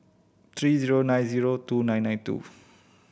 three zero nine zero two nine nine two